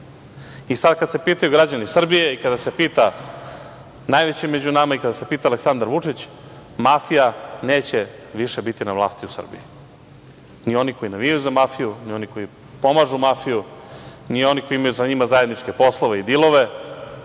Sada kada se pitaju građani Srbije i kada se pita najveći među nama i kada se pita Aleksandar Vučić, mafija neće biti više na vlasti u Srbiji, ni oni koji navijaju za mafiju, ni oni koji pomažu mafiju, ni oni koji sa njima imaju zajedničke poslove i dilove.